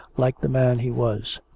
like the man he was.